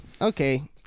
okay